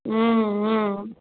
ம்ம்